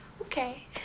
Okay